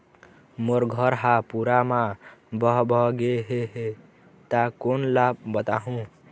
मोर घर हा पूरा मा बह बह गे हे हे ता कोन ला बताहुं?